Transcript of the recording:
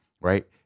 right